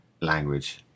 language